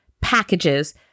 packages